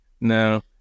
no